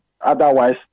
otherwise